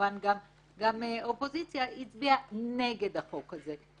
כמובן גם האופוזיציה הצביעה נגד החוק הזה.